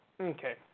Okay